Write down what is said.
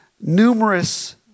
numerous